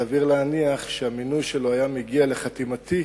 סביר להניח שהמינוי שלו היה מגיע לחתימתי